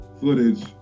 footage